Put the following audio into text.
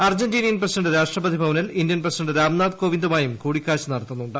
Argentinian president രാഷ്ട്രപതി ഭവനിൽ Indian president Ramnath കോവിന്ദുമായും കൂടിക്കാഴ്ച നടത്തുന്നുണ്ട്